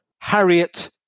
Harriet